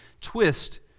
twist